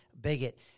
bigot